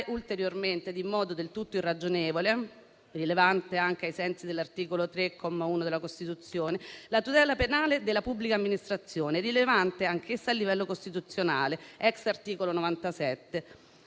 ulteriormente e in modo del tutto irragionevole (rilevante anche ai sensi dell'articolo 3, comma 1, della Costituzione) la tutela penale della pubblica amministrazione (rilevante anch'essa a livello costituzionale *ex* articolo 97)